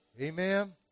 Amen